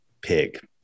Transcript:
Pig